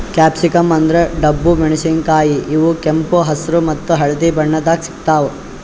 capsicum ಅಂದ್ರ ಡಬ್ಬು ಮೆಣಸಿನಕಾಯಿ ಇವ್ ಕೆಂಪ್ ಹೆಸ್ರ್ ಮತ್ತ್ ಹಳ್ದಿ ಬಣ್ಣದಾಗ್ ಸಿಗ್ತಾವ್